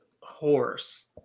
horse